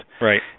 Right